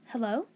Hello